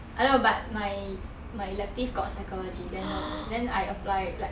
I know but my my elective got psychology then no then I apply like